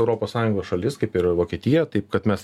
europos sąjungos šalis kaip ir vokietija taip kad mes